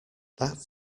that